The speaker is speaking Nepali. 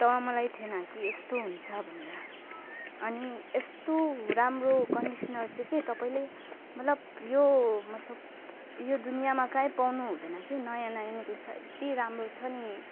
तब मलाई थिएन कि यस्तो हुन्छ भनेर अनि यस्तो राम्रो कन्डिसनर चाहिँ के तपाईँले मतलब यो मतलब यो दुनियाँमा काहीँ पाउनु हुँदैन कि नयाँ नयाँ निस्केको छ यति राम्रो छ नि